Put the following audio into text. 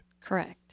Correct